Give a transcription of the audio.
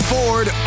Ford